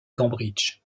cambridge